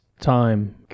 time